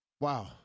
Wow